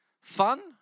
fun